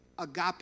Agape